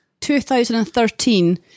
2013